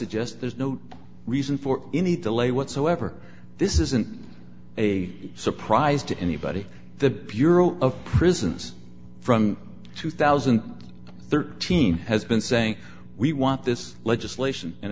suggest there's no reason for any delay whatsoever this isn't a surprise to anybody the bureau of prisons from two thousand and thirteen has been saying we want this legislation in